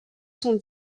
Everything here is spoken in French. son